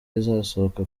izasohoka